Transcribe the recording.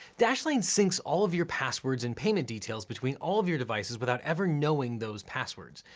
dashlane syncs all of your passwords and payment details between all of your devices without ever knowing those passwords.